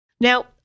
Now